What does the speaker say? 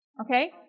Okay